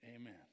Amen